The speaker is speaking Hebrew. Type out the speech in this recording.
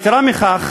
יתרה מכך,